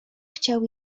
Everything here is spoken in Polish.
chciał